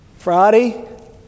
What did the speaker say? Friday